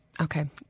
Okay